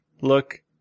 look